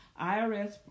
IRS